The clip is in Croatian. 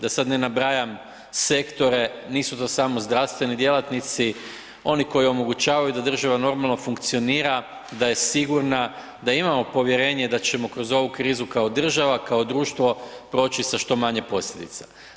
Da sad ne nabrajam sektore, nisu to samo zdravstveni djelatnici, oni koji omogućavaju da država normalno funkcionira, da je sigurna, da imamo povjerenje da ćemo kroz ovu krizu kao država, kao društvo proći sa što manje posljedica.